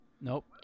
Nope